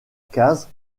case